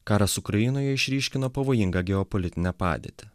karas ukrainoje išryškino pavojingą geopolitinę padėtį